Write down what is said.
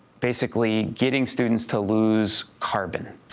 basically getting students to lose carbon.